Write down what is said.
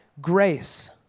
grace